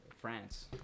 France